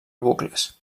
bucles